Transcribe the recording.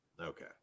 Okay